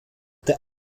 der